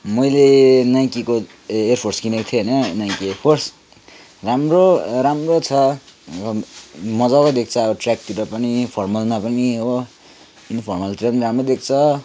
मैले नाइकीको एयरफोर्स किनेको थिएँ होइन नाइकी एयरफोर्स राम्रो राम्रो छ मजाको देख्छ अब ट्रेकहरूतिर पनि फर्मलमा पनि हो इन्फर्मलतिर पनि राम्रो देख्छ